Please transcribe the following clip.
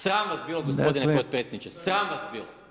Sram vas bilo gospodine potpredsjedniče, sram vas bilo.